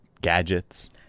Gadgets-